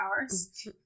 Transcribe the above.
hours